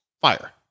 Fire